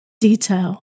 detail